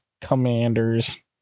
Commanders